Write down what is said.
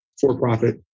for-profit